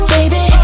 Baby